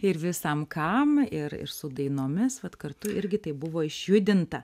ir visam kam ir ir su dainomis vat kartu irgi tai buvo išjudinta